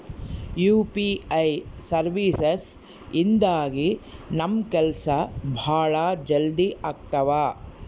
UPI services ಇಂದಾಗಿ ನಮ್ ಕೆಲ್ಸ ಭಾಳ ಜಲ್ದಿ ಅಗ್ತವ